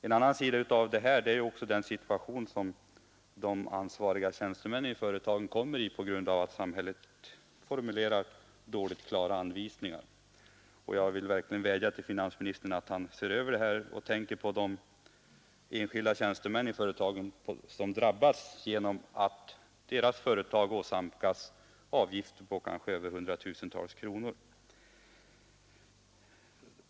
En annan sida av saken är den situation som de ansvariga tjänstemännen i företagen kommer i på grund av att samhället inte klart formulerar anvisningarna. Jag vädjar till finansministern att han ser över detta och tänker på de enskilda tjänstemännen i företagen, som drabbas genom att deras företag åsamkas avgifter på kanske hundratusentals kronor.